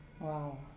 Wow